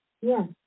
Yes